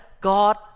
God